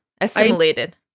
assimilated